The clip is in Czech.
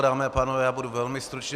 Dámy a pánové, já budu velmi stručný.